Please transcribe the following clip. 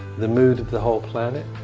the mood of the whole planet